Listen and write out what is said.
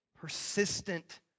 persistent